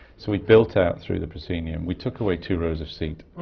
so we built out through the proscenium. we took away two rows of seats.